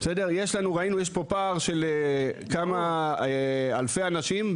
ראינו שיש פה פער של כמה אלפי אנשים,